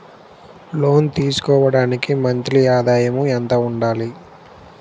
లోను తీసుకోవడానికి మంత్లీ ఆదాయము ఎంత ఉండాలి?